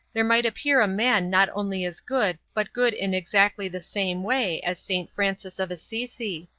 there might appear a man not only as good but good in exactly the same way as st. francis of assisi.